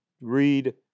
read